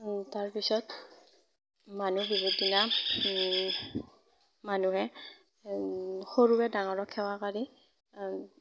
তাৰপিছত মানুহ বিহুৰ দিনা মানুহে সৰুৱে ডাঙৰক সেৱা কৰি